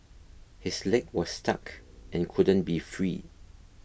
his leg was stuck and couldn't be freed